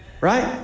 right